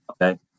okay